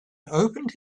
opened